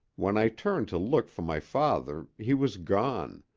when i turned to look for my father he was gone,